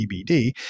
CBD